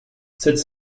sept